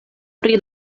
pri